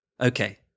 Okay